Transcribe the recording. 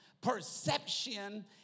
Perception